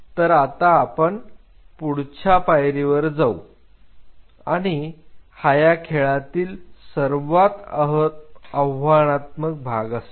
तर आता आपण पुढच्या पायरीवर जाऊ आणि हा या खेळातील सर्वात आव्हानात्मक भाग असेल